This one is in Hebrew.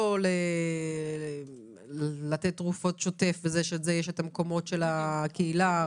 לא לתת תרופות בשוטף שלזה יש את המקומות של הקהילה.